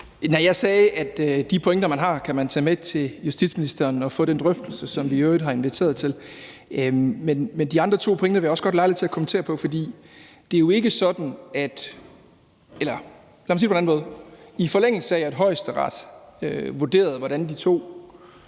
Nej, jeg sagde, at de pointer, man har, kan man tage med til justitsministeren og få den drøftelse, som vi i øvrigt har inviteret til. Men de to andre pointer vil jeg også godt have lejlighed til at kommentere på. For i forlængelse af at Højesteret vurderede, hvordan de to